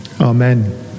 Amen